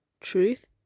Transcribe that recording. truth